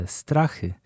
strachy